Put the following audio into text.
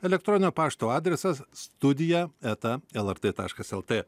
elektroninio pašto adresas studija eta lrt taškas lt